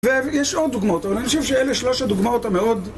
ויש עוד דוגמאות, אבל אני חושב שאלה שלוש הדוגמאות המאוד...